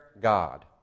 God